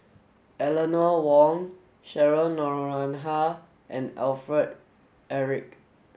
Eleanor Wong Cheryl Noronha and Alfred Eric